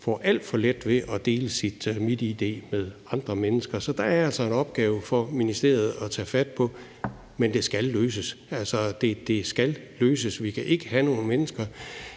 får alt for let ved at dele sit MitID med andre mennesker. Så der er altså en opgave for ministeriet at tage fat på, men det skal løses. Altså, det skal løses. Vi kan ikke skulle se